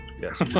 Yes